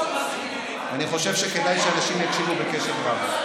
אני חושב שכדאי שאנשים יקשיבו בקשב רב.